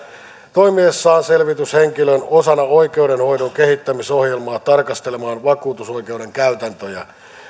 toimiessaan selvityshenkilön osana oikeudenhoidon kehittämisohjelmaa tarkastelemaan vakuutusoikeuden käytäntöjä